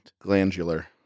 Glandular